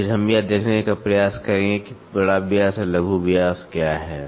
फिर हम यह देखने का प्रयास करेंगे कि बड़ा व्यास और लघु व्यास क्या है